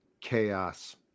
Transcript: chaos